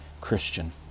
Christian